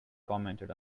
commented